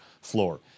floor